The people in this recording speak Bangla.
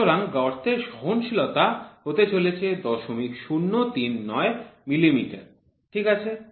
সুতরাং গর্তের সহনশীলতা হতে চলেছে ০০৩৯ মিলিমিটার ঠিক আছে